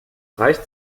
reicht